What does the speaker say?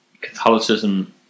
Catholicism